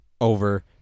Over